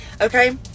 Okay